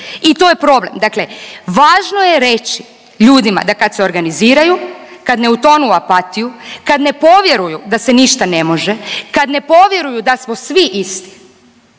i to je problem. Dakle važno je reći ljudima da kad se organiziraju, kad ne utonu u apatiju, kad ne povjeruju da se ništa ne može, kad ne povjeruju da smo svi isti,